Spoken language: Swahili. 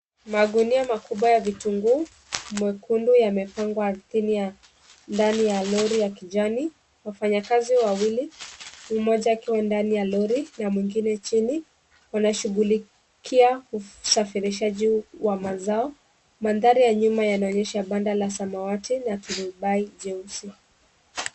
Magunia makubwa ya vitunguu nyekundu yamepangwa ndani ya lori ya kijani. Wafanyakazi wawili, mmoja akiwa ndani ya lori na mwingine chini, wanashughulikia na kusafirisha juu kwa mazao. Mandhari ya nyuma yanaonyesha banda la samawati na turubai jeusi.